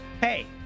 Hey